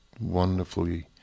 wonderfully